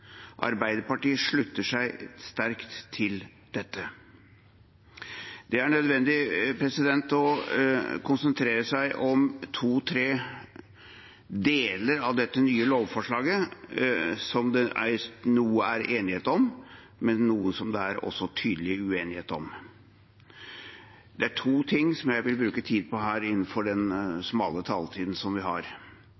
Arbeiderpartiet slutter seg sterkt til dette. Det er nødvendig å konsentrere seg om to–tre deler av dette nye lovforslaget, der det er noe det er enighet om, men også noe det er tydelig uenighet om. Det er to ting jeg vil bruke tid på her innenfor den